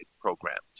programs